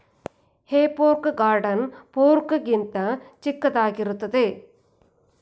ಹೇ fork garden fork ಗಿಂತ ಚಿಕ್ಕದಾಗಿರುತ್ತದೆ